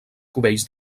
cubells